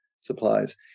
supplies